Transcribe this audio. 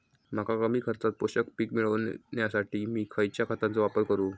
मका कमी खर्चात पोषक पीक मिळण्यासाठी मी खैयच्या खतांचो वापर करू?